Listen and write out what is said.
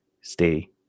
Stay